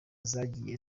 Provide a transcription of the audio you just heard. zagiye